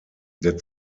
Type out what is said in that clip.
der